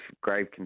grave